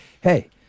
hey